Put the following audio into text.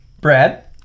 Brad